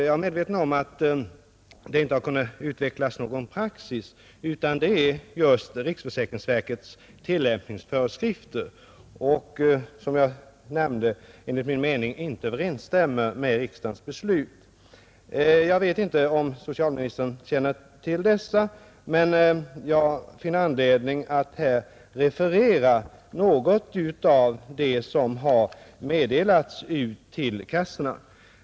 Jag är medveten om att det inte har kunnat utvecklas någon praxis, men det viktiga är riksförsäkringsverkets tillämpningsföreskrifter vilka, som jag nämnde, enligt min mening inte riktigt överensstämmer med riksdagens beslut. Jag vet inte om socialministern känner till dessa föreskrifter, men jag finner anledning att här referera något av det som har meddelats ut till kassorna.